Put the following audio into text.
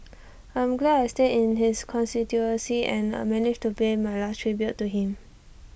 I'm glad I stay in his constituency and managed to pay my last tribute to him